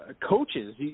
coaches –